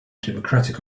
democratic